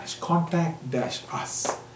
contact-us